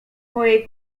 mojej